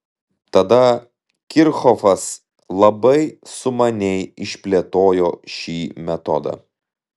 tada kirchhofas labai sumaniai išplėtojo šį metodą